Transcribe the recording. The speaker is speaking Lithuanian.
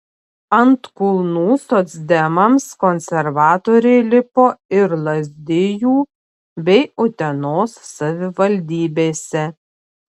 ant kulnų socdemams konservatoriai lipo ir lazdijų bei utenos savivaldybėse